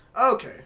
Okay